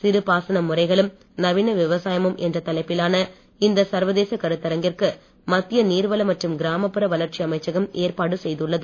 சிறுபாசன முறைகளும் நவீன விவசாயமும் என்ற தலைப்பிலான இந்த சர்வதேச கருத்தரங்கிற்கு மத்திய நீர்வள மற்றும் கிராமப்புற வளர்ச்சி அமைச்சகம் ஏற்பாடு செய்துள்ளது